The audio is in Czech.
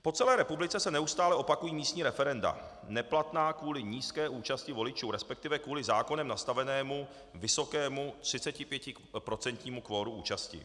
Po celé republice se neustále opakují místní referenda neplatná kvůli nízké účasti voličů, resp. kvůli zákonem nastavenému vysokému 35% kvoru účasti.